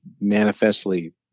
manifestly